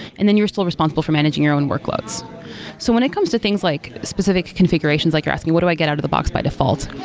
and then you're still responsible for managing your own workloads so when it comes to things like specific configurations, like you're asking, what do i get out of the box by default?